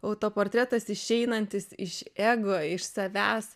autoportretas išeinantis iš ego iš savęs